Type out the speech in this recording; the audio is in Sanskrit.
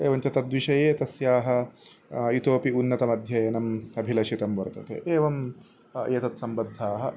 एवञ्च तद्विषये तस्याः इतोऽपि उन्नतमध्ययनं अभिलषितं वर्तते एवं एतत् सम्बद्धाः